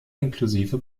inklusive